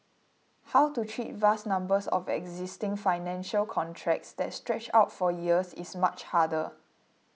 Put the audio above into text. how to treat vast numbers of existing financial contracts that stretch out for years is much harder